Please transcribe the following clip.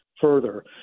further